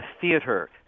theater